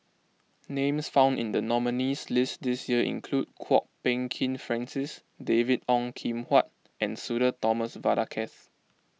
names found in the nominees' list this year include Kwok Peng Kin Francis David Ong Kim Huat and Sudhir Thomas Vadaketh